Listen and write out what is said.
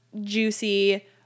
juicy